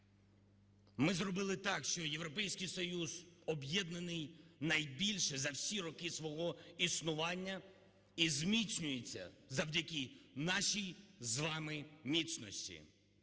Ми зробили так, що Європейський Союз об'єднаний найбільше за всі роки свого існування і зміцнюється завдяки нашій з вами міцності.